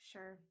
Sure